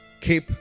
keep